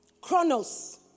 chronos